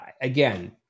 again